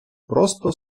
просто